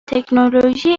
تکنولوژی